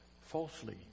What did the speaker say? falsely